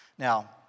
Now